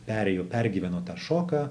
perėjo pergyveno tą šoką